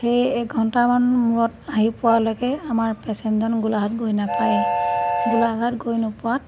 সেই এক ঘণ্টামান মূৰত আহি পোৱালৈকে আমাৰ পেচেনজন গোলাঘাট গৈ নাপায়েই গোলাঘাট গৈ নোপোৱাত